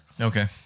Okay